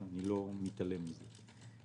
אני לא מתעלם מזה.